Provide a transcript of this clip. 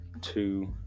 two